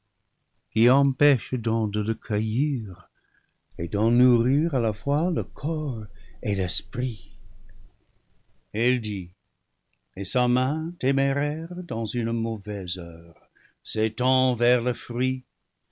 qui empêche donc de le cueillir et d'en nourrir à la fois le corps et l'esprit elle dit et sa main téméraire dans une mauvaise heure s'étend vers le fruit